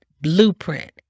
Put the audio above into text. blueprint